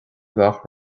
gach